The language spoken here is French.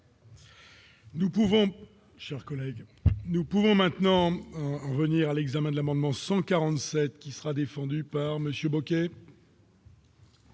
nous pouvons maintenant en venir à l'examen de l'amendement 147 qui sera défendu par monsieur Bocquet.